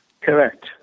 Correct